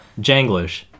janglish